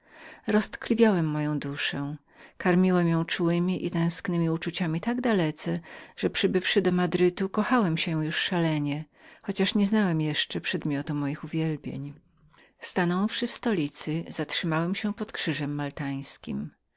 roztkliwiałem moją duszę karmiłem ją wymarzonemi i tęsknemi uczuciami tak dalece że przybywszy do madrytu kochałem się już szalenie chociaż nie znałem jeszcze przedmiotu moich uwielbień stanąwszy w stolicy zatrzymałem się pod krzyżem maltańskim